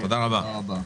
תודה רבה.